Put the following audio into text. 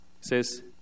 says